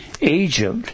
Egypt